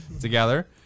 together